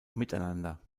miteinander